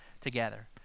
together